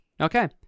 Okay